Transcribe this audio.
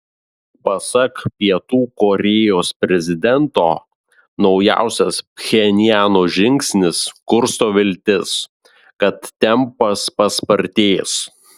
pasak pietų korėjos prezidento naujausias pchenjano žingsnis kursto viltis kad tempas paspartės